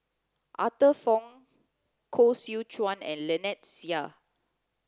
Arthur Fong Koh Seow Chuan and Lynnette Seah